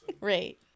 Right